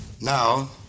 Now